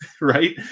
right